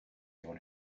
anyone